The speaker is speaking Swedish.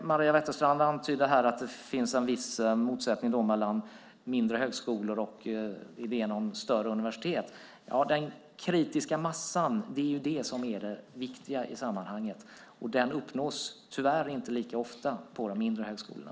Maria Wetterstrand antydde att det finns en viss motsättning mellan mindre högskolor och större universitet. Den kritiska massan är det viktiga i sammanhanget, och den uppnås tyvärr inte lika ofta på de mindre högskolorna.